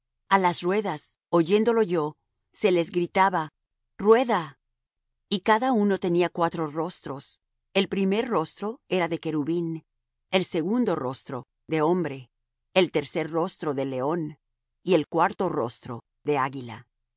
a las ruedas oyéndolo yo se les gritaba rueda y cada uno tenía cuatro rostros el primer rostro era de querubín el segundo rostro de hombre el tercer rostro de león el cuarto rostro de águila